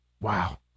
Wow